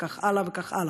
וכך הלאה וכל הלאה.